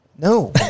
No